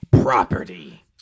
property